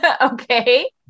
Okay